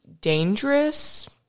dangerous